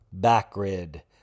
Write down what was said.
backrid